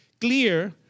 clear